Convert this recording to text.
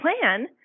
plan